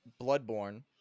Bloodborne